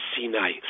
Sinai